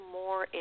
more